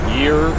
year